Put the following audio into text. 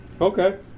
Okay